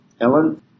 Ellen